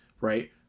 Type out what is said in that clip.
right